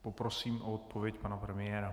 Poprosím o odpověď pana premiéra.